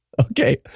Okay